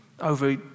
over